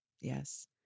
Yes